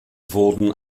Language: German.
wurden